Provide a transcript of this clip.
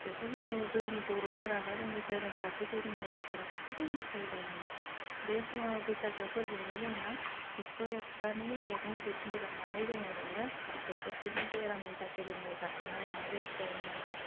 बेखौ जोङो जोंनि बर'फोरा बा जोंनि दोरोम बाथौ दोरोमनि मानसिफोरा गासिबो मोथिखायो थारमानि बे बैसागो फोरबोआवनो जोङो एक स' एकथानि मेगं बिथनि जानानै जोङो ओरैनो बोसोरसेनि बेरामनि थाखाय जोङो जाखानानै लानायबादि जायोनो आरो